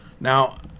Now